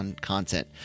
content